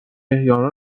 احیانا